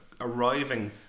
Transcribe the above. arriving